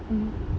mm